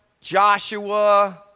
Joshua